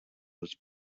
was